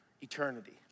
eternity